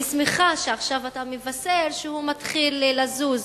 אני שמחה שעכשיו אתה מבשר שהוא מתחיל לזוז,